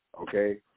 Okay